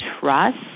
trust